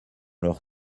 leur